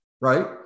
Right